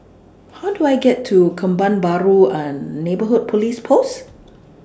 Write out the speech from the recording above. How Do I get to Kebun Baru and Neighbourhood Police Post